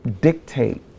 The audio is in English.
dictate